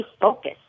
focus